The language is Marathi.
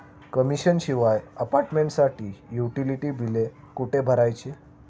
कमिशन शिवाय अपार्टमेंटसाठी युटिलिटी बिले कुठे भरायची?